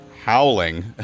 howling